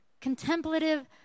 contemplative